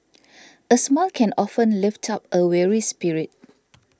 a smile can often lift up a weary spirit